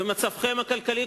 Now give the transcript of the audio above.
ומצבכם הכלכלי,